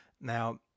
now